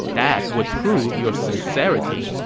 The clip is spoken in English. that would prove your sincerity.